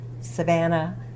Savannah